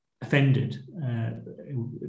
offended